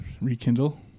Rekindle